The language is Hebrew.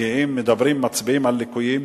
מדברים ומצביעים על ליקויים,